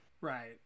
Right